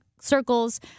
circles